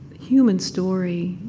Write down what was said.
human story.